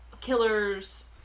killers